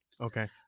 Okay